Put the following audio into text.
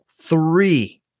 three